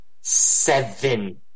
Seven